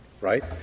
right